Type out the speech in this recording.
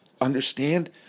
understand